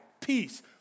peace